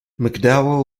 mcdowell